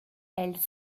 elle